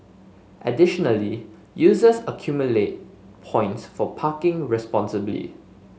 additionally users accumulate points for parking responsibly